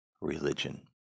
religion